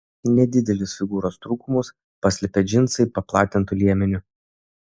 nedidelius figūros trūkumus paslepia džinsai paplatintu liemeniu